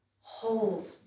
hold